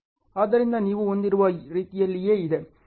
ಆದ್ದರಿಂದ ನೀವು ಹೊಂದಿರುವ ರೀತಿಯಲ್ಲಿಯೇ ಇದೆ